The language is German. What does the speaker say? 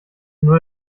nur